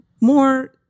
more